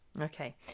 Okay